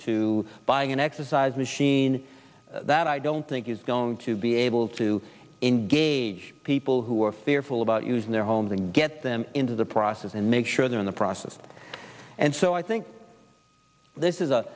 to buying an exercise machine that i don't think is going to be able to engage people who are fearful about using their homes and get them into the process and make sure they're in the process and so i think this is